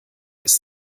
ist